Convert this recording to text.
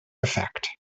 effect